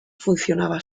funcionaba